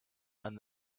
and